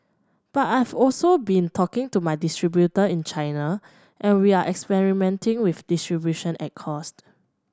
but I've also been talking to my distributor in China and we're experimenting with distribution at cost